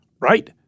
Right